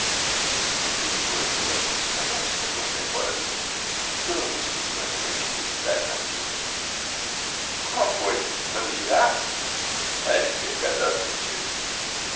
perdoa nhanhã mas não sou tão caipora assim pelo menos tive uma grande felicidade na vida qual foi não me dirás a de ter casado contigo